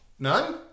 None